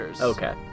Okay